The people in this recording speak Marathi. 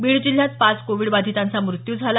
बीड जिल्ह्यात पाच कोविडबाधितांचा मृत्यू झाला